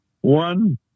One